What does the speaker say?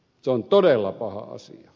se on todella paha asia